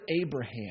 Abraham